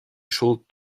should